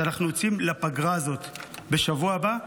כשאנחנו יוצאים לפגרה הזאת בשבוע הבא,